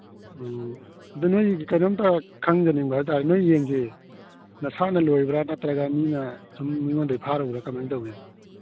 ꯎꯝ ꯑꯗꯨ ꯅꯣꯏ ꯀꯩꯅꯣꯝꯇ ꯈꯪꯖꯅꯤꯡꯕ ꯍꯥꯏ ꯇꯥꯔꯦ ꯅꯣꯏ ꯌꯦꯟꯁꯦ ꯅꯁꯥꯅ ꯂꯣꯏꯕ꯭ꯔꯥ ꯅꯠꯇ꯭ꯔꯒ ꯃꯤꯅ ꯁꯨꯝ ꯃꯤꯉꯣꯟꯗꯒꯤ ꯐꯥꯔꯨꯕꯔꯥ ꯀꯃꯥꯏꯅ ꯇꯧꯒꯦ